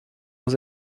vous